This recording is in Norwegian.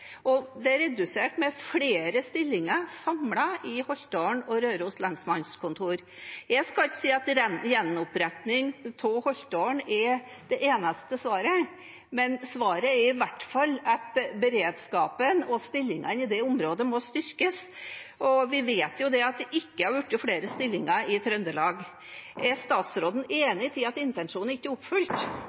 redusert med flere stillinger i Holtålen og Røros lensmannskontor. Jeg skal ikke si at gjenoppretting av Holtålen er det eneste svaret, men svaret er i hvert fall at beredskapen og stillingene i det området må styrkes. Vi vet jo at det ikke har blitt flere stillinger i Trøndelag. Er statsråden enig i at intensjonen ikke er oppfylt?